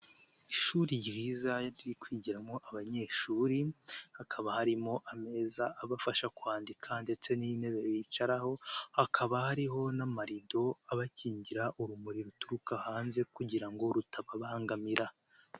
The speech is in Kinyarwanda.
Ishuri ryiza riri kwigiramo abanyeshuri, hakaba harimo ameza abafasha kwandika ndetse n'intebe bicaraho, hakaba hariho n'amarido abakingira urumuri ruturuka hanze kugira ngo rutababangamira.